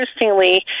interestingly